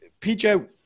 PJ